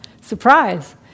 surprise